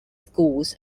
schools